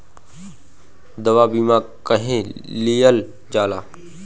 दवा बीमा काहे लियल जाला?